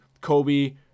Kobe